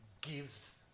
gives